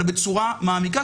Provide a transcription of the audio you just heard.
אלא בצורה מעמיקה,